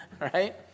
right